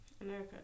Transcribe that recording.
America